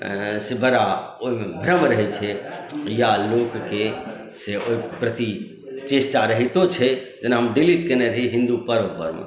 से बड़ा ओहिमे भ्रम रहैत छै या लोकके से ओहिके प्रति से चेष्टा रहितो छै जेना हम डीलिट कयने रही हिन्दू पर्वपर मे